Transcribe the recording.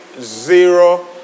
zero